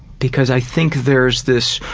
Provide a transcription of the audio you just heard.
because i think there's this,